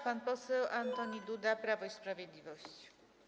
Pan poseł Antoni Duda, Prawo i Sprawiedliwość.